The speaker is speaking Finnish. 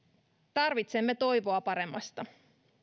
tarvitsemme toivoa paremmasta